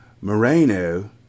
Moreno